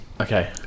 okay